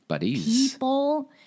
people